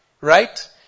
right